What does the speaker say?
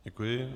Děkuji.